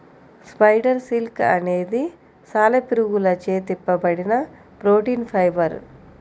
spider silk అనేది సాలెపురుగులచే తిప్పబడిన ప్రోటీన్ ఫైబర్